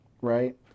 right